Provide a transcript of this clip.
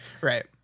right